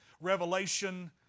revelation